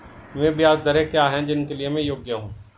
वे ब्याज दरें क्या हैं जिनके लिए मैं योग्य हूँ?